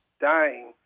dying